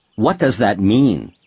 what does that mean?